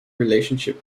relationship